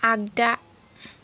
आगदा